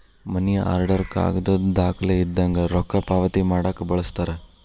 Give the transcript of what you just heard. ಮನಿ order ಕಾಗದದ್ ದಾಖಲೆ ಇದ್ದಂಗ ರೊಕ್ಕಾ ಪಾವತಿ ಮಾಡಾಕ ಬಳಸ್ತಾರ